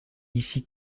ici